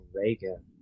reagan